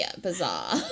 bizarre